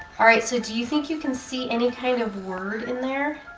alright, so do you think you can see any kind of word in there?